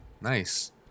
Nice